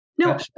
No